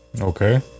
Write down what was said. Okay